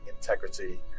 integrity